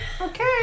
Okay